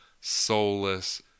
soulless